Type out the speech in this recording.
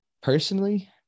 personally